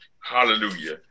Hallelujah